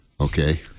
Okay